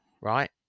right